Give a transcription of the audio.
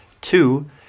Two